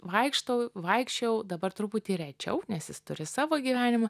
vaikštau vaikščiojau dabar truputį rečiau nes jis turi savo gyvenimą